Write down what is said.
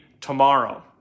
tomorrow